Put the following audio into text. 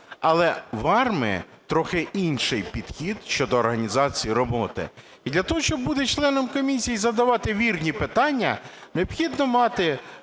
Але в АРМА трохи інший підхід щодо організації роботи. І для того, щоб бути членом комісії і задавати вірні питання, необхідно мати